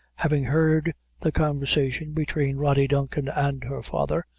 having heard the conversation between rody duncan and her father,